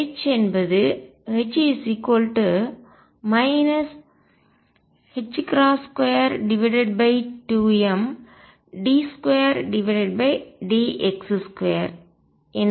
H என்பது H 22md2dx2